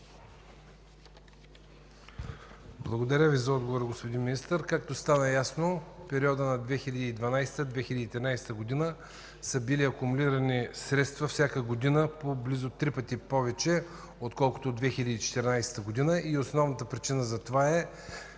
Благодаря за отговора, господин Министър. Както стана ясно, в периода 2012 – 2013 г. са били акумулирани средства всяка година по близо три пъти повече отколкото 2014 г. Основната причина за това,